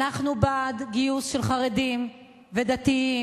אנחנו בעד גיוס של חרדים ודתיים,